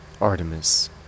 Artemis